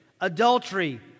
adultery